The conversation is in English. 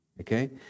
Okay